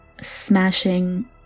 smashing